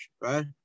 right